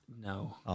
No